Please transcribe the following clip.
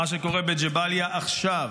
מה שקורה בג'באליה עכשיו.